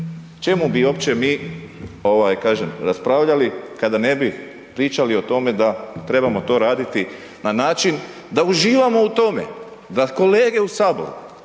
čemu bi uopće mi raspravljali kada ne bi pričali o tome da trebamo to raditi na način da uživamo u tome, da kolege u Saboru